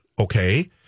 okay